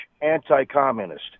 anti-communist